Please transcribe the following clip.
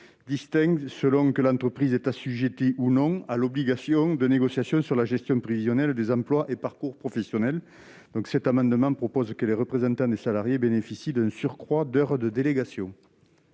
salariés, selon que l'entreprise est assujetti ou non à l'obligation de négociation sur la gestion prévisionnelle des emplois et parcours professionnels donc cet amendement propose que les représentants des salariés bénéficient d'un surcroît d'heures de délégation.